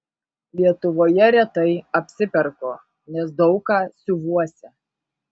lietuvoje retai apsiperku nes daug ką siuvuosi